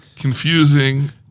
confusing